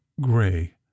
gray